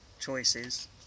choices